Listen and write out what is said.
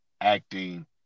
acting